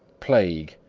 plague,